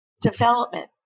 development